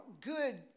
good